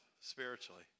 spiritually